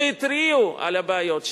והתריעו על הבעיות שלה,